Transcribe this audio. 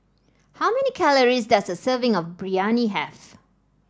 how many calories does a serving of Biryani have